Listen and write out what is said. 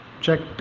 checked